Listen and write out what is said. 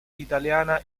italiana